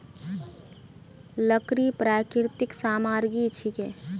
लकड़ी प्राकृतिक सामग्री छिके